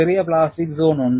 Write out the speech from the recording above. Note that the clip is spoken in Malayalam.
ചെറിയ പ്ലാസ്റ്റിക് സോൺ ഉണ്ട്